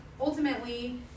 ultimately